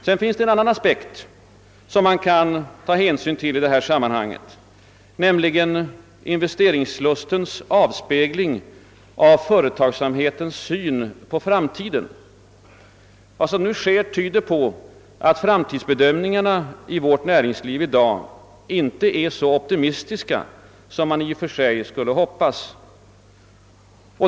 Vidare finns det en annan aspekt som man kan ta hänsyn till i detta sammanhang, nämligen investeringslustens avspegling av företagsamhetens syn på framtiden. Vad som nu händer tyder på att framtidsbedömningarna i vårt näringsliv i dag inte är så optimistiska som man i och för sig skulle hoppas.